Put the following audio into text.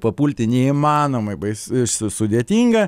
papulti neįmanomai bais su sudėtinga